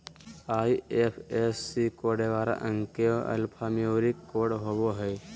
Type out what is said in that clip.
IFSC code ग्यारह अंक के एल्फान्यूमेरिक कोड होवो हय